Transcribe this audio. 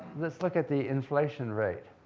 let's look at the inflation rate.